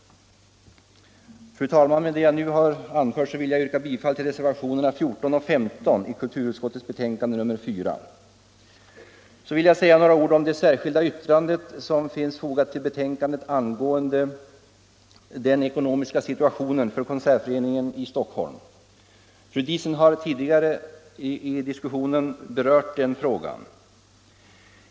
Fru talman! Med det jag nu anfört yrkar jag bifall till reservationerna 14 och 15 vid kulturutskottets betänkande nr 4. Så vill jag säga några ord om det särskilda yttrande angående den ekonomiska situationen för Konsertföreningen i Stockholm som finns fogat till betänkandet. Fru Diesen har tidigare under diskussionen berört den frågan.